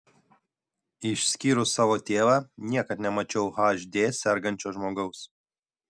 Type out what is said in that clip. išskyrus savo tėvą niekad nemačiau hd sergančio žmogaus